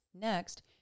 Next